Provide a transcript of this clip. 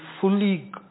fully